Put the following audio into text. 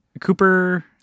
Cooper